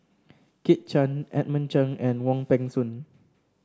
Kit Chan Edmund Cheng and Wong Peng Soon